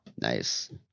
Nice